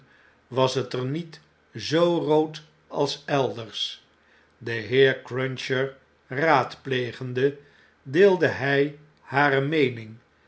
was het er niet ztio rood als elders den heer cruncher raadplegende deelde hg hare meening